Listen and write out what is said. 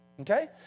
Okay